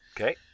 Okay